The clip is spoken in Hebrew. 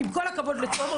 ועם כל הכבוד לתומר,